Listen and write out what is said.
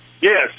Yes